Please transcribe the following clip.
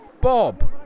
Bob